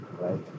Right